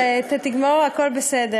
תגמור, הכול בסדר.